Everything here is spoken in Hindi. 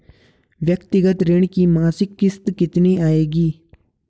व्यक्तिगत ऋण की मासिक किश्त कितनी आएगी?